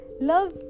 love